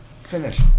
finish